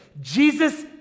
Jesus